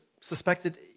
suspected